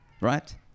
Right